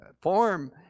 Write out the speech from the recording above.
form